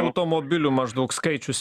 automobilių maždaug skaičius